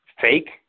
Fake